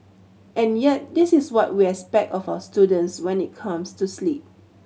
and yet this is what we expect of our students when it comes to sleep